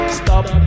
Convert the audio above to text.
stop